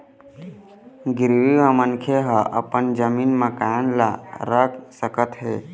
गिरवी म मनखे ह अपन जमीन, मकान ल रख सकत हे